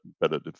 better